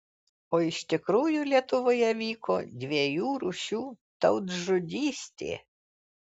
o iš tikrųjų lietuvoje vyko dviejų rūšių tautžudystė